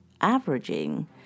averaging